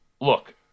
look